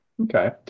Okay